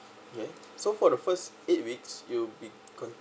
okay so for the first eight weeks you be cont